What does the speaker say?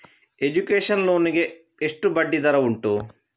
Education loan ಗೆ ಎಷ್ಟು ಬಡ್ಡಿ ದರ ಉಂಟು?